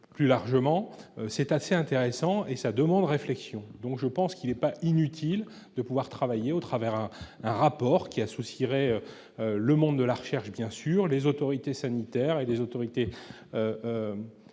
plus largement, c'est assez intéressant et ça demande réflexion, donc je pense qu'il n'est pas inutile de pouvoir travailler au travers, hein, un rapport qui associerait le monde de la recherche, bien sûr, les autorités sanitaires et des autorités de